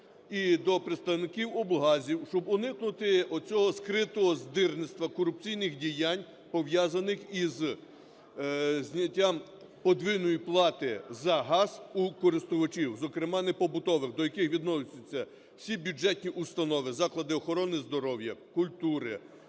і до представників облгазів, щоб уникнути цього скритого здирництва, корупційних діянь, пов'язаних із зняттям подвійної плати за газ у користувачів, зокрема непобутових, до яких відносяться всі бюджетні установи, заклади охорони здоров'я, культури,